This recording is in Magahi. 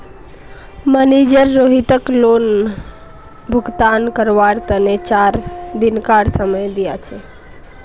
मनिजर रोहितक लोन भुगतान करवार तने चार दिनकार समय दिया छे